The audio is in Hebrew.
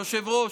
היושב-ראש,